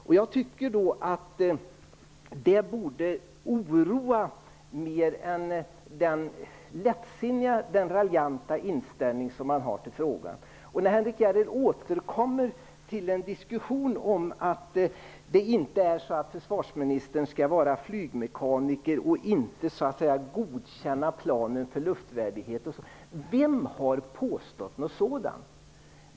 Det borde oroa Henrik Järrel. I stället har man en lättsinnig och raljant inställning till frågan. Henrik Järrel återkommer till att försvarsministern inte skall vara flygmekaniker och godkänna planens luftvärdighet. Vem har påstått något sådant?